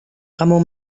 kamu